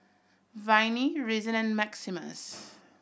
Viney Reason and Maximus